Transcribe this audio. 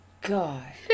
God